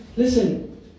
listen